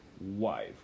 wife